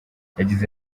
yagize